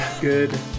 Good